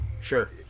Sure